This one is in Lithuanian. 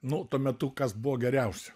nu tuo metu kas buvo geriausia